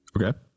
Okay